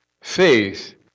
faith